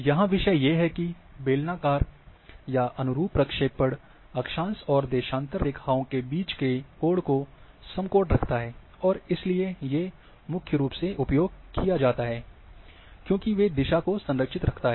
यहाँ विषय ये है की बेलनाकार या अनुरूप प्रक्षेपण अक्षांश और देशांतर रेखाओं के बीच के कोण को समकोण रखता है और इसलिए ये मुख्य रूप से उपयोग किया जाता हैं क्योंकि वे दिशा का संरक्षित रखता है